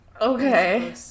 Okay